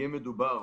יהיה מדובר,